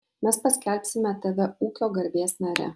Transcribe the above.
mes paskelbsime tave ūkio garbės nare